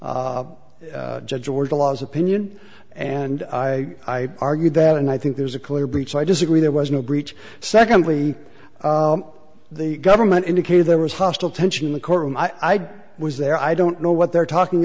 ga law's opinion and i argued that and i think there's a clear breach i disagree there was no breach secondly the government indicated there was hostile tension in the courtroom i'd was there i don't know what they're talking